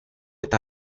eta